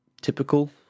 typical